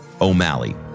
O'Malley